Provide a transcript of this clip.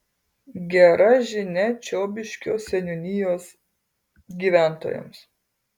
gera žinia čiobiškio seniūnijos gyventojams